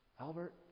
Albert